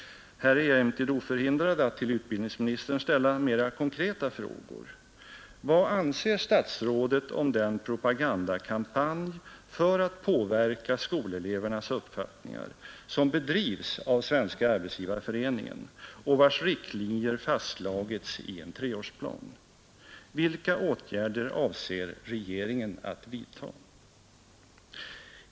Här är jag emellertid oförhindrad att till utbildningsministern ställa mera konkreta frågor: Vad anser statsrådet om den propagandakampanj för att påverka skolelevernas uppfattningar som bedrives av Svenska arbetsgivareföreningen och vars riktlinjer fastslagits i en treärsplan? Vilka atgärder avser regeringen att vidta?